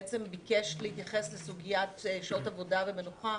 ביקש להתייחס לסוגיית שעות עבודה ומנוחה,